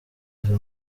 izo